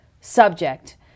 subject